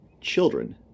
children